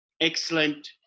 excellent